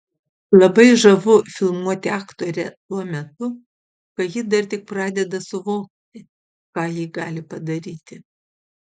labai žavu filmuoti aktorę tuo metu kai ji dar tik pradeda suvokti ką ji gali padaryti